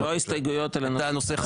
לא הסתייגויות אלא נושא חדש.